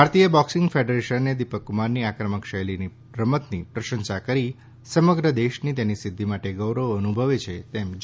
ભારતીય બોક્સિંગ ફેડરેશને દીપકકુમારની આક્રમક શૈલીની રમતની પ્રશંસા કરીને સમગ્ર દેશની તેની સિદ્ધી માટે ગૌરવ અનુભવે છે તેમ જણાવ્યું હતું